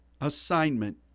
assignment